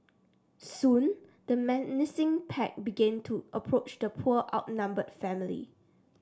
soon the menacing pack begin to approach the poor outnumbered family